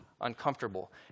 uncomfortable